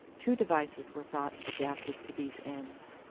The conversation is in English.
two devices were thought adapted to these ends.